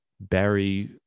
Barry